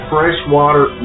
Freshwater